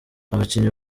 abakinnyi